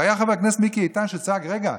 והיה חבר הכנסת מיקי איתן שצעק: רגע,